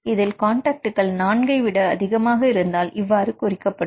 இதில் காண்டாக்ட்கள் நான்கை விட அதிகமாக இருந்தால் இவ்வாறு குறிக்கப்படும்